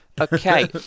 Okay